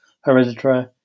Hereditary